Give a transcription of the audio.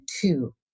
two